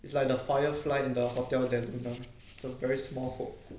it's like the firefly in the hotel that you know that very small hope